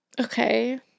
Okay